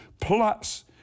plus